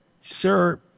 Sir